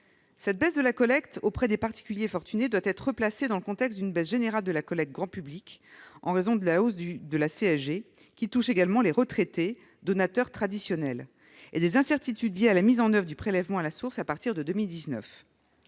Ce recul de la collecte auprès des particuliers fortunés doit être replacé dans le contexte d'une baisse générale de la collecte auprès du grand public en raison de la hausse de la CSG, qui touche notamment les retraités, donateurs traditionnels, et des incertitudes liées à la mise en oeuvre du prélèvement à la source à partir de 2019.